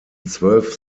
zwölf